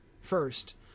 first